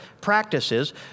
practices